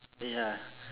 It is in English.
ya